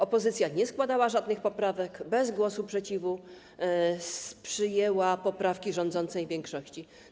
Opozycja nie składała żadnych poprawek, bez głosu sprzeciwu przyjęła poprawki rządzącej większości.